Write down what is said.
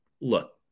Look